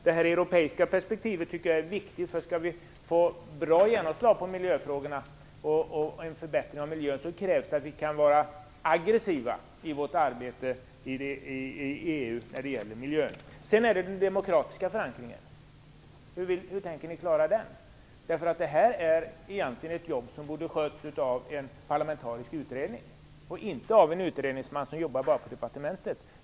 Det europeiska perspektivet tycker jag är viktigt. Skall vi få bra genomslag av miljöfrågorna och en förbättring av miljön krävs det att vi kan vara aggressiva i vårt arbete i EU när det gäller miljön. Sedan är det den demokratiska förankringen - hur tänker ni klara den? Det här är egentligen ett jobb som borde ha gjorts av en parlamentarisk utredning och inte bara av en utredningsman som jobbar på departementet.